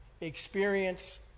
experience